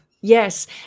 yes